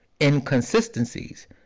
inconsistencies